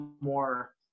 more